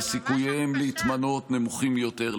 וסיכוייהם להתמנות נמוכים יותר.